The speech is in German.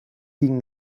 ging